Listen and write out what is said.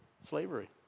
slavery